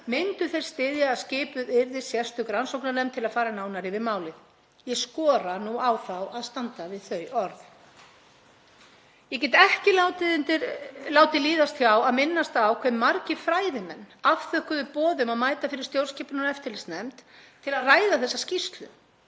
myndu þeir styðja að skipuð yrði sérstök rannsóknarnefnd til að fara nánar yfir málið. Ég skora nú á þá að standa við þau orð. Ég get ekki látið hjá líða að minnast á hve margir fræðimenn afþökkuðu boð um að mæta fyrir stjórnskipunar- og eftirlitsnefnd til að ræða þessa skýrslu.